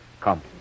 Come